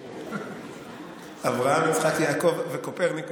אברהם, יצחק, יעקב וקופרניקוס.